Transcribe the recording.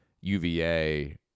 UVA